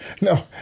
no